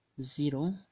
zero